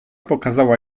pokazała